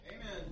Amen